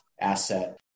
asset